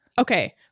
Okay